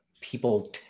people